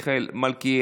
חבר הכנסת מיכאל מלכיאלי.